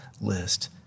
list